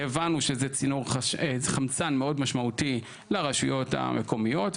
הבנו שזה צינור חמצן מאוד משמעותי לרשויות המקומיות,